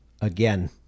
Again